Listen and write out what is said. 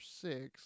six